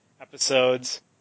episodes